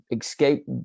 escape